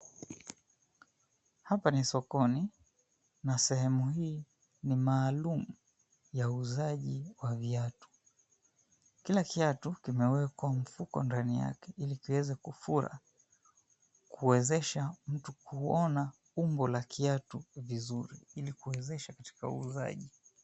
Hapa ni sokoni na sehemu hii ni maalum ya uuzaji wa viatu. Kila kiatu kimewekwa mfuko ndani yake ili kiweze kufura kuwezesha mtu kuona umbo la kiatu vizuri, ili kuwezesha katika uuzaji.